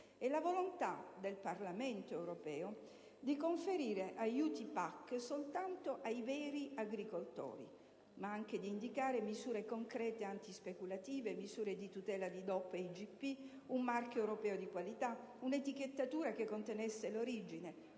e la volontà del Parlamento europeo di conferire aiuti PAC soltanto ai veri agricoltori, ma anche di indicare misure concrete antispeculative, misure di tutela di DOP e IGP, un marchio europeo di qualità, un'etichettatura che contenesse l'origine,